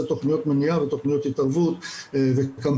תוכניות מניעה ותוכניות התערבות וקמפיינים,